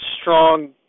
strong